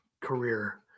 career